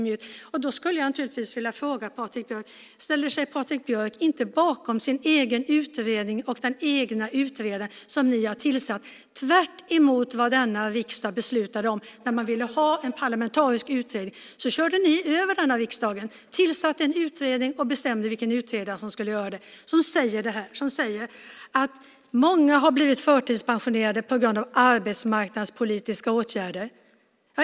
Därför skulle jag vilja fråga: Ställer sig Patrik Björck inte bakom sin egen utredning och den egna utredaren som ni har tillsatt - tvärtemot vad riksdagen beslutade om? När man ville ha en parlamentarisk utredning körde ni ju över riksdagen och tillsatte en utredning och bestämde vem som skulle vara utredare, som alltså säger att många har blivit förtidspensionerade på grund av arbetsmarknadspolitiska åtgärder.